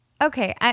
okay